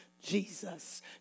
Jesus